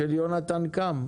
של יונתן קם.